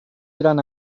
eran